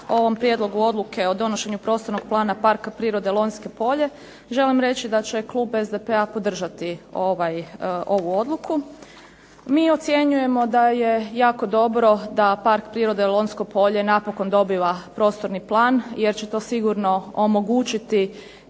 o ovom prijedlogu odluke o donošenju prostornog plana Parka prirode Lonjsko polje želim reći da će klub SDP-a podržati ovu odluku. Mi ocjenjujemo da je jako dobro da Park prirode Lonjsko polje napokon dobiva prostorni plan jer će to sigurno omogućiti